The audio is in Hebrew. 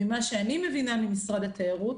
ממה שאני מבינה ממשרד התיירות,